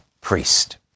Priest